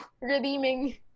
redeeming